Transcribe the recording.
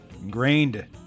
ingrained